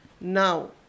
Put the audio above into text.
Now